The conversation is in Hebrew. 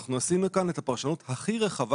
אנחנו עשינו כאן את הפרשנות הכי רחבה